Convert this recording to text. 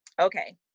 Okay